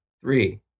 Three